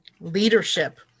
leadership